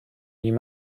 you